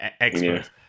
experts